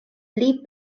pli